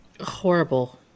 horrible